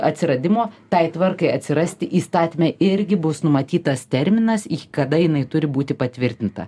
atsiradimo tai tvarkai atsirasti įstatyme irgi bus numatytas terminas kada jinai turi būti patvirtinta